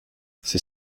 c’est